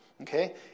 okay